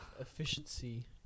efficiency